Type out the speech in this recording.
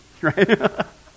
right